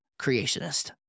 Creationist